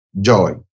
joy